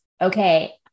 okay